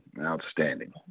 outstanding